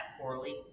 poorly